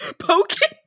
poking